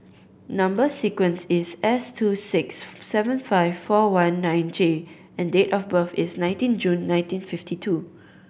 number sequence is S two six seven five four one nine J and date of birth is nineteen June nineteen fifty two